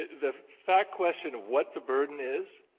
the fact question of what the burden is,